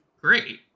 great